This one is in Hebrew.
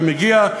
ומגיע,